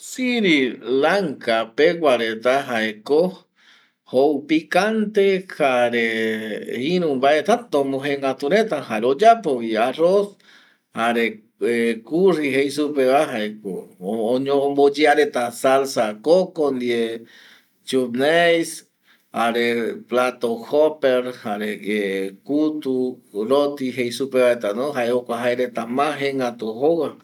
Sirilanka pegua reta jaeko jou picante jare irü mbae täta omogegätu reta jare oyapovi arroz jare curri jei supeva jaeko omboyea reta salsa koko ndie chufleis jare plato jotar jareye kutu moki jei supeva retano jae jokua jaereta ma jegätu jouva